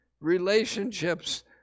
relationships